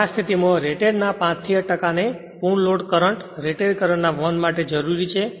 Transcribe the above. હવે આ સ્થિતિમાં રેટેડ ના 5 થી 8 ટકા ને તે પૂર્ણ લોડ કરંટ રેટેડ કરંટ ના વહન માટે જરૂરી છે